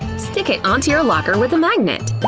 stick it onto your locker with a magnet!